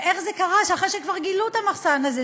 ואיך זה קרה שאחרי שכבר גילו את המחסן הזה,